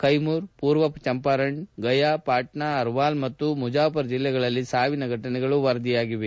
ಕೈಮೂರ್ ಪೂರ್ವ ಚಂಪಾರಣ್ ಗಯಾ ಪಾಟ್ನಾ ಅರ್ವಾಲ್ ಮತ್ತು ಮುಜಾಫರ್ ಜಿಲ್ಲೆಗಳಲ್ಲಿ ಸಾವಿನ ಘಟನೆಗಳು ವರದಿಯಾಗಿವೆ